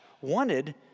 wanted